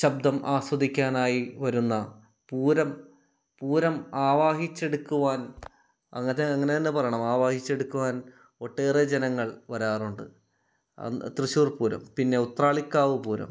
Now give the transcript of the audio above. ശബ്ദം ആസ്വദിക്കാനായി വരുന്ന പൂരം പൂരം ആവാഹിച്ചെടുക്കുവാൻ അങ്ങനെ അങ്ങനെ തന്നെയത് പറയണം ആവാഹിച്ചെടുക്കുവാൻ ഒട്ടേറെ ജനങ്ങൾ വരാറുണ്ട് അന്ന് തൃശ്ശൂർ പൂരം പിന്നെ ഉത്രാളിക്കാവ് പൂരം